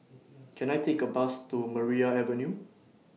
Can I Take A Bus to Maria Avenue